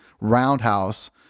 roundhouse